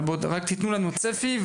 אבל רק תיתנו לנו צפי,